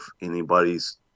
anybody's